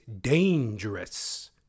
dangerous